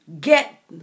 get